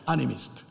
Animist